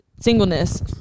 singleness